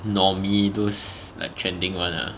normie those like trending [one] lah